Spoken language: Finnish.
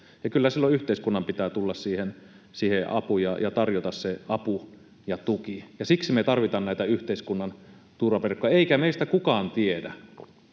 kyllä silloin yhteiskunnan pitää tulla siihen apuun ja tarjota se apu ja tuki, ja siksi me tarvitaan näitä yhteiskunnan turvaverkkoja. Eikä meistä kukaan tiedä,